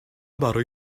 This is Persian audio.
برای